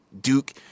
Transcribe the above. Duke